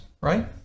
right